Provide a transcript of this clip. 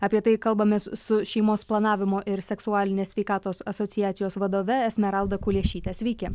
apie tai kalbamės su šeimos planavimo ir seksualinės sveikatos asociacijos vadove esmeralda kuliešyte sveiki